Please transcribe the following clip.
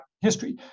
history